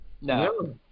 No